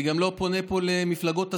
אני גם לא פונה פה למפלגות השמאל.